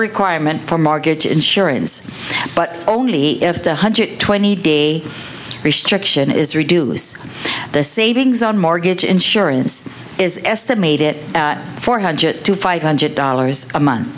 requirement for mortgage insurance but only if the one hundred twenty day restriction is reduce the savings on mortgage insurance is estimated four hundred to five hundred dollars a month